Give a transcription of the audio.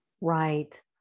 Right